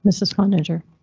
mrs cloninger.